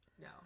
No